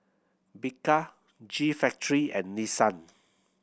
Bika G Factory and Nissan